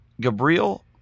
Gabriel